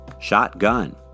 Shotgun